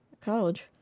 college